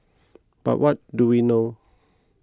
but what do we know